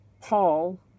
Paul